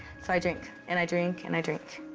so i drink and i drink and i drink.